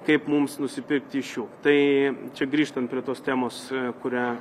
kaip mums nusipirkti iš jų tai čia grįžtant prie tos temos kurią